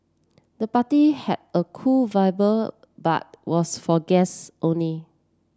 the party had a cool vibe but was for guests only